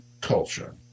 culture